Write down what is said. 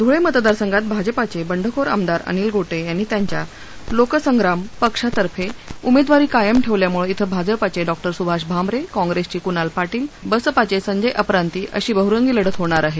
धुळे मतदारसंघात भाजपाचे बंडखोर आमदार अनिल गोटे यांनी त्यांच्या लोकसंग्राम पक्षातर्फे उमेदवारी कायम ठेवल्यामुळे इथं भाजपाचे डॉक्टर सुभाष भामरे काँग्रेसचे कुणाल पाटील बसपाचे संजय अपरांती अशी बहरंगी लढत होणार आहे